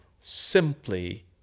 simply